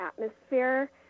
atmosphere